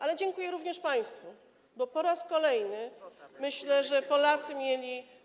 Ale dziękuję również państwu, bo po praz kolejny, jak myślę, Polacy mieli.